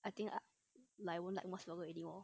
I think I like won't like mos burger anymore